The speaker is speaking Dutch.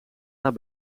naar